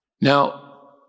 Now